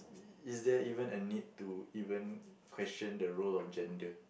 is there even a need to even question the role of gender